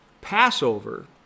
Passover